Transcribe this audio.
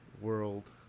World